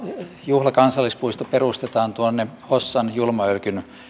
juhlakansallispuisto perustetaan hossan julma ölkyn